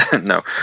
No